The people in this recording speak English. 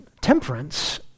temperance